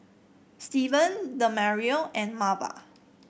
Steven Demario and Marva